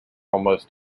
almost